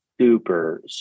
super